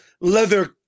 leather